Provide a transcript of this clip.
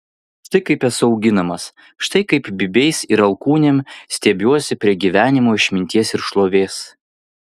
štai kaip esu auginamas štai kaip bybiais ir alkūnėm stiebiuosi prie gyvenimo išminties ir šlovės